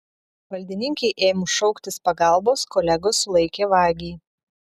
valdininkei ėmus šauktis pagalbos kolegos sulaikė vagį